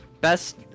Best